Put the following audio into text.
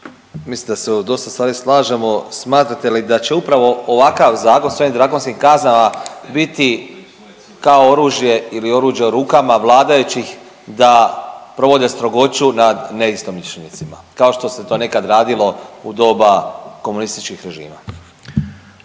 mislim da se u dosta stvari slažemo. Smatrate li da će upravo ovakav zakon sa ovim drakonskim kaznama biti kao oružje ili oruđe u rukama vladajućih da provode strogoću nad neistomišljenicima kao što se to nekad radilo u doba komunističkih režima.